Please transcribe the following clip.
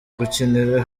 gukinira